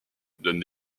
donne